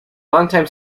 longtime